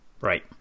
Right